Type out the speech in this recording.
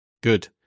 good